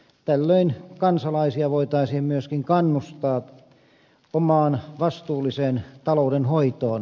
tällöin kansalaisia voitaisiin myöskin kannustaa omaan vastuulliseen taloudenhoitoon